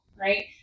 right